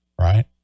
right